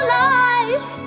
life